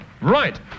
Right